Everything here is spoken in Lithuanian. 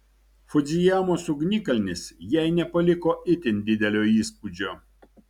fudzijamos ugnikalnis jai nepaliko itin didelio įspūdžio